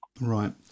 Right